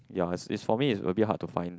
ya is is for me is a bit hard to find